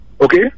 okay